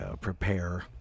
prepare